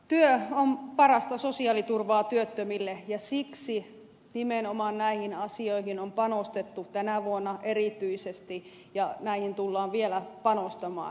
työ on parasta sosiaaliturvaa työttömille ja siksi nimenomaan näihin asioihin on panostettu tänä vuonna erityisesti ja näihin tullaan vielä panostamaan